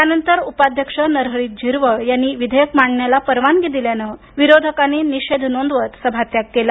यानंतर उपाध्यक्ष नरहरी झिरवळ यांनी विधेयक मांडण्याला परवानगी दिल्यानं विरोधकांनी निषेध नोंदवत सभात्याग केला